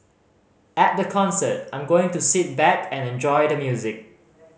at the concert I'm going to sit back and enjoy the music